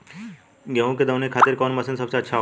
गेहु के दऊनी खातिर कौन मशीन सबसे अच्छा होखेला?